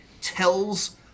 tells